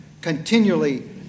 continually